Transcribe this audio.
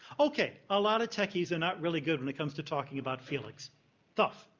okay, a lot of techies are not really good when it comes to talking about feelings tough.